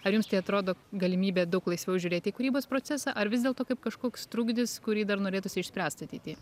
ar jums tai atrodo galimybė daug laisviau žiūrėti į kūrybos procesą ar vis dėlto kaip kažkoks trugdis kurį dar norėtųsi išspręst ateity